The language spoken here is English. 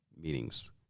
meetings